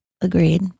agreed